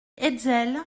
hetzel